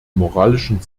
moralischen